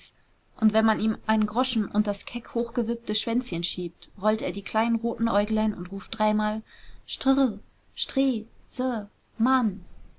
und wenn man ihm einen groschen unters keck hochgewippte schwänzchen schiebt rollt er die kleinen roten äuglein und ruft dreimal strrr stree se mann